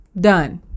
Done